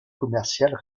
commerciales